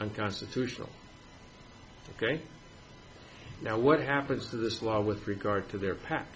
unconstitutional ok now what happens to this law with regard to their p